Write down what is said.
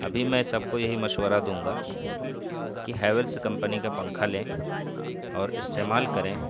ابھی میں سب کو یہی مشورہ دوں گا کہ ہیولس کمپنی کا پنکھا لیں اور استعمال کریں